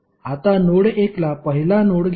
आता नोड 1 ला पहिला नोड घेऊ